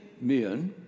men